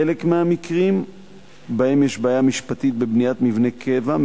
בחלק מהמקרים שבהם יש בעיה משפטית בבניית מבני קבע,